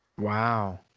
Wow